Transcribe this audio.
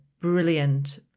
brilliant